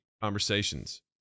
conversations